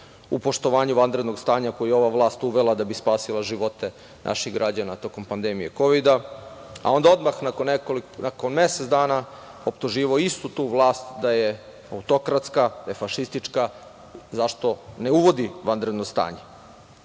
u poštovanju vanrednog stanja koju je ova vlast uvela da bi spasila živote naših građana tokom pandemije kovida? Onda odmah nakon nekoliko, nakon meseca dana optuživao istu tu vlast da je autokratska, da je fašistička, zašto ne uvodi vanredno stanje. Da